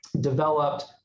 developed